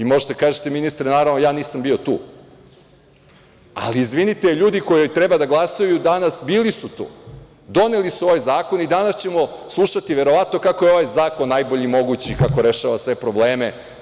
Vi možete kažete naravno ministre, ja nisam bio tu, ali izvinite, ljudi koji treba da glasaju danas, bili su tu, doneli su ovaj zakon i danas ćemo slušati verovatno kako je ovaj zakon najbolje mogući, kako rešava sve probleme.